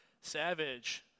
savage